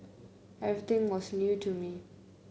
everything was new to me